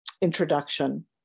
introduction